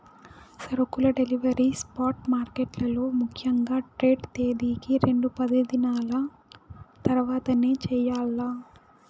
సరుకుల delivery spot మార్కెట్లలో ముఖ్యంగా ట్రేడ్ తేదీకి రెండు పనిదినాల తర్వాతనే చెయ్యాల్ల